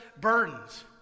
burdens